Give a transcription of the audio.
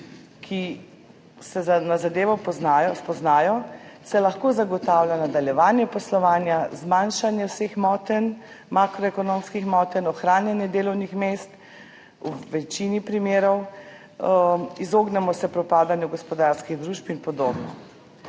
ki se na zadevo spoznajo, se lahko zagotavlja nadaljevanje poslovanja, zmanjšanje vseh motenj, makroekonomskih motenj, ohranjanje delovnih mest v večini primerov, izognemo se propadanju gospodarskih družb in podobno.